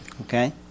Okay